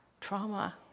trauma